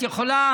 את יכולה,